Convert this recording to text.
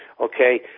okay